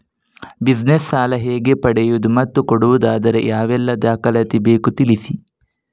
Business ಸಾಲ ಹೇಗೆ ಪಡೆಯುವುದು ಮತ್ತು ಕೊಡುವುದಾದರೆ ಯಾವೆಲ್ಲ ದಾಖಲಾತಿ ಬೇಕು ತಿಳಿಸಿ?